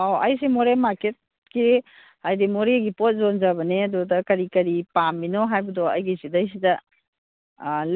ꯑꯧ ꯑꯩꯁꯦ ꯃꯣꯔꯦ ꯃꯥꯔꯀꯦꯠꯀꯤ ꯍꯥꯏꯗꯤ ꯃꯣꯔꯦꯒ ꯄꯣꯠ ꯌꯣꯟꯖꯕꯅꯦ ꯑꯗꯨꯗ ꯀꯔꯤ ꯀꯔꯤ ꯄꯥꯝꯃꯤꯅꯣ ꯍꯥꯏꯕꯗꯣ ꯑꯩꯒꯤ ꯁꯤꯗꯩꯁꯤꯗ